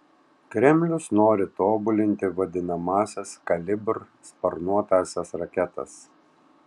kremlius nori tobulinti vadinamąsias kalibr sparnuotąsias raketas